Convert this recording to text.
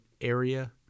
Area